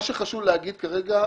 מה שחשוב להגיד כרגע,